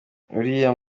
uriya